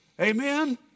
Amen